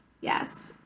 yes